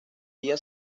día